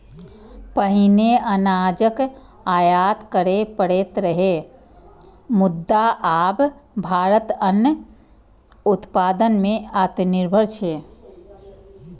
पहिने अनाजक आयात करय पड़ैत रहै, मुदा आब भारत अन्न उत्पादन मे आत्मनिर्भर छै